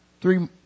three